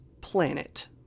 planet